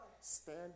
stand